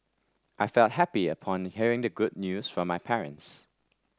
I felt happy upon hearing the good news from my parents